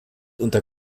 unter